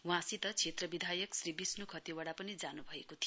वहाँसित क्षेत्र विधायक श्री विष्णु खतिवाङा पनि जान्भएको थियो